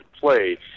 play